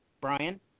Brian